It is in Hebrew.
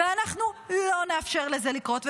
ואנחנו לא נאפשר לזה לקרות.